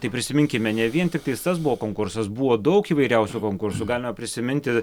tai prisiminkime ne vien tiktai tas buvo konkursas buvo daug įvairiausių konkursų galime prisiminti